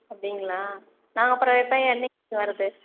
அப்படிங்களா நாங்கள் அப்புறம் எப்போ என்றைக்கிங்க வரது